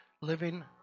living